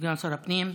סגן שר הפנים.